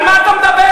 על מה אתה מדבר?